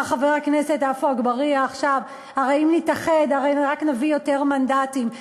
אמר חבר הכנסת עפו אגבאריה עכשיו: אם נתאחד הרי רק נביא יותר מנדטים.